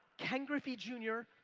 ken griffey, jr,